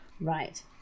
right